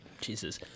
Jesus